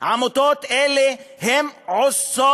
העמותות האלה עושות,